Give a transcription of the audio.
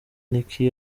nicky